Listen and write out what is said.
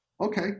Okay